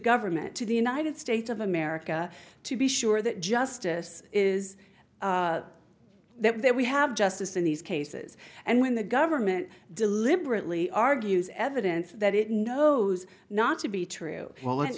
government to the united states of america to be sure that justice is that that we have justice in these cases and when the government deliberately argues evidence that it knows not to be true well